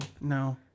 No